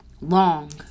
Long